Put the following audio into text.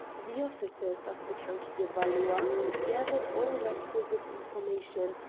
the officers of the count de valois gathered all requisite infor mation,